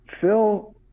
Phil